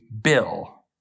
bill